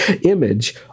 image